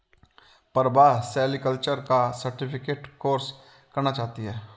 Prabha sericulture का certificate course करना चाहती है